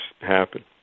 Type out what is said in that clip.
happen